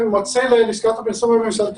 לקראת תחילת שנת הלימודים אנחנו צריכים